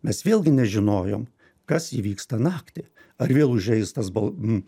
mes vėlgi nežinojom kas įvyksta naktį ar vėl užeis tas bal